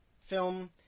film